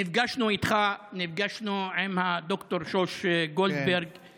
נפגשנו איתך, נפגשנו עם הד"ר שוש גולדברג.